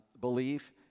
belief